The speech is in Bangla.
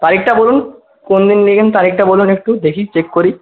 তারিখটা বলুন কোনদিন নিয়েছেন তারিখটা বলুন একটু দেখি চেক করি